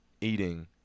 eating